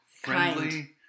friendly